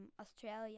Australia